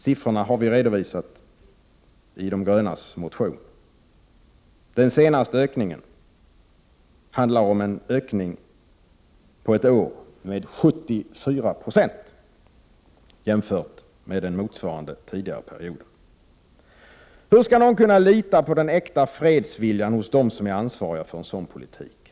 Siffrorna har vi redovisat i de grönas motion. Den senaste ökningen på ett år var 74 96 jämfört med motsvarande period förra året. Hur skall någon kunna lita på den äkta fredsviljan hos dem som är ansvariga för en sådan politik?